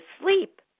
sleep